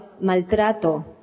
maltrato